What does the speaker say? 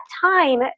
time